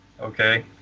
Okay